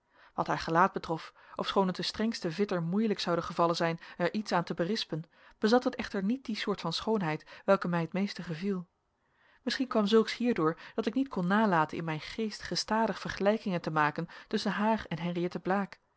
wat haar gelaat betrof ofschoon het den strengsten vitter moeielijk zoude gevallen zijn er iets aan te berispen bezat het echter niet die soort van schoonheid welke mij het meeste geviel misschien kwam zulks hierdoor dat ik niet kon nalaten in mijn geest gestadig vergelijkingen te maken tusschen haar en henriëtte blaek